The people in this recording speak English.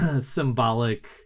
symbolic